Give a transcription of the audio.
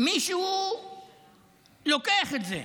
מישהו לוקח את זה,